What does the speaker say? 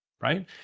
Right